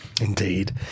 Indeed